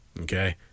Okay